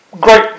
great